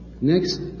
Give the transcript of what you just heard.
Next